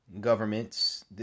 governments